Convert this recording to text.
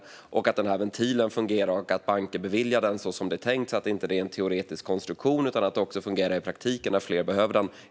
Det är viktigt att den ventilen fungerar och att banker beviljar den så som det är tänkt, så att detta inte är en teoretisk konstruktion utan också fungerar i praktiken när fler behöver ventilen.